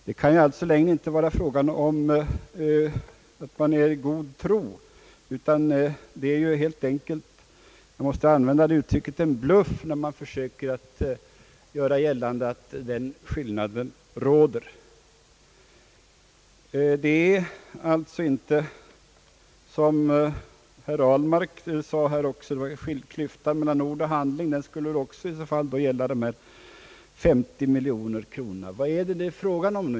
Det kan alltså inte längre vara fråga om att man är i god tro, utan det är helt enkelt — jag måste använda det ordet — en bluff när man vill göra gällande att det råder en sådan skillnad. Herr Ahlmark sade att det var en klyfta mellan ord och handling. Den skulle väl då också gälla de 50 miljoner kronorna. Men vad är det nu fråga om?